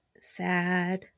Sad